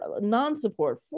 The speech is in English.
non-support